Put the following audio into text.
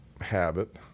habit